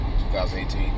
2018